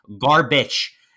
garbage